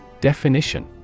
Definition